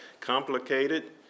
complicated